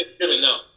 no